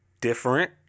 different